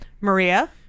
Maria